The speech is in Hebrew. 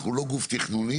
אנחנו לא גוף תכנוני,